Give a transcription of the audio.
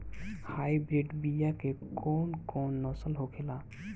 Hybrid बीया के कौन कौन नस्ल होखेला?